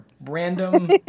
Random